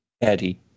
Eddie